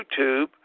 YouTube